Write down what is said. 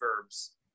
verbs